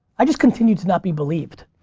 i just continue to not be believed.